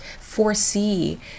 foresee